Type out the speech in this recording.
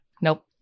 Nope